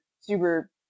super